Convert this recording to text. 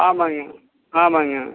ஆமாங்க ஆமாங்க